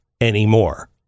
anymore